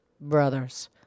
brothers